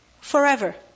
Forever